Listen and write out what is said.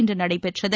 இன்று நடைபெற்றது